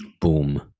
boom